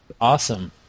Awesome